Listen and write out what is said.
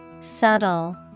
Subtle